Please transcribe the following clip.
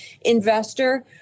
investor